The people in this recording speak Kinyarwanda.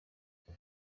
nta